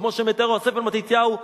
כמו שמתאר יוסף בן מתתיהו,